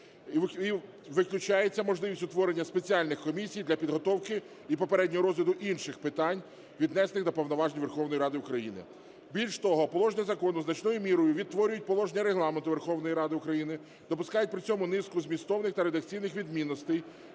і виключається можливість утворення спеціальних комісій для підготовки і попереднього розгляду інших питань, віднесених до повноважень Верховної Ради України. Більш того, положення закону значною мірою відтворюють положення Регламент Верховної Ради України, допускають при цьому низку змістовних та редакційних відмінностей,